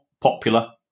popular